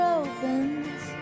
opens